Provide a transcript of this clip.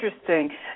Interesting